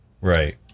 Right